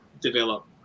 develop